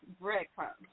breadcrumbs